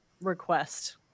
request